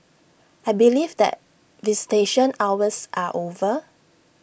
I believe that visitation hours are over